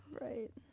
right